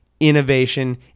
Innovation